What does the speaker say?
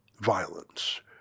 violence